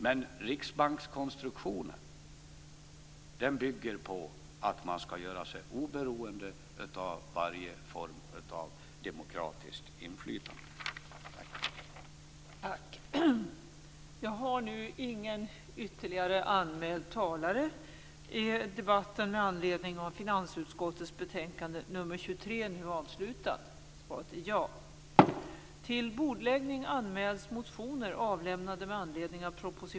Men riksbankskonstruktionen bygger på att man skall göra sig oberoende av varje form av demokratiskt inflytande.